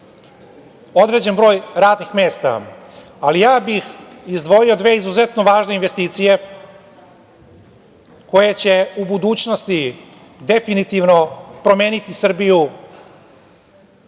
određen broj radnih mesta, ali ja bih izdvojio dve izuzetno važne investicije koje će u budućnosti definitivno promeniti Srbiju